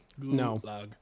No